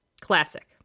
Classic